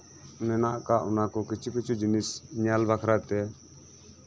ᱢᱮᱱᱟᱜ ᱟᱠᱟᱫ ᱚᱱᱟ ᱠᱚ ᱠᱤᱪᱷᱩ ᱠᱤᱪᱷᱩ ᱡᱤᱱᱤᱥ ᱧᱮᱞ ᱵᱟᱠᱷᱨᱟᱛᱮ